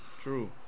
True